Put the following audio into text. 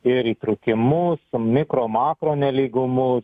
ir įtrūkimus mikro makro nelygumus